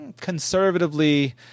conservatively